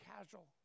casual